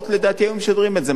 לדעתי היו משדרים את זה,